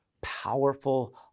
powerful